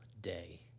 day